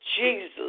Jesus